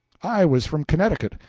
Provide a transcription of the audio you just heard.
i was from connecticut,